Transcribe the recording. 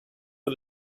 for